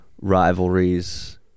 rivalries